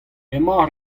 emañ